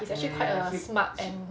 it's actually quite a smart and